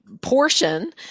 portion